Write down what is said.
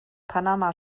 panama